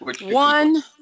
One